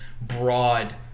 broad